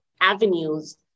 avenues